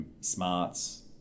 smarts